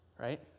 Right